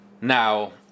Now